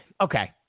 Okay